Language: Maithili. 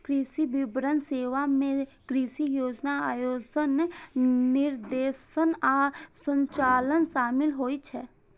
कृषि विपणन सेवा मे कृषि योजना, आयोजन, निर्देशन आ संचालन शामिल होइ छै